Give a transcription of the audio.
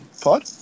Pod